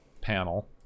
panel